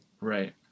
right